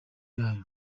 yayo